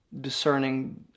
discerning